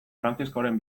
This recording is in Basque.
frantziskoren